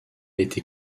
été